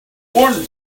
warm